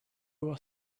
was